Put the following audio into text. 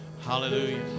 Hallelujah